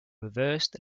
reversed